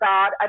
God